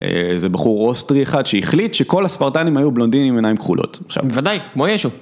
איזה בחור אוסטרי אחד שהחליט שכל הספרטנים היו בלונדינים עם עיניים כחולות, עכשיו. בוודאי, כמו ישו.